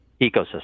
ecosystem